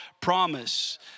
promise